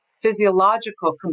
physiological